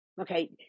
okay